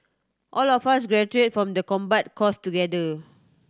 all of us graduate from the combat course together